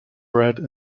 bred